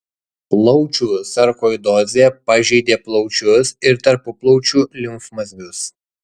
plaučių sarkoidozė pažeidė plaučius ir tarpuplaučių limfmazgius